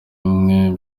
imwe